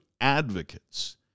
advocates